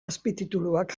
azpitituluak